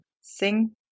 sing